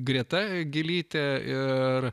greta gilytė ir